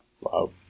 Wow